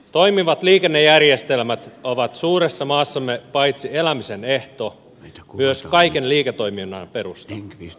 toimivat liikennejärjestelmät ovat suuressa maassamme paitsi elämisen ehto myös kaiken liiketoiminnan perusta